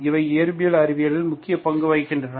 இவை இயற்பியல் அறிவியலில் முக்கிய பங்கு வகிக்கின்றன